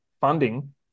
funding